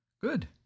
Good